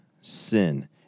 sin